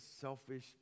selfish